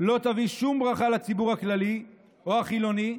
לא תביא שום ברכה לציבור הכללי או החילוני,